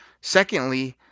Secondly